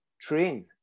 train